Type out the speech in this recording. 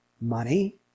money